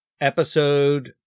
episode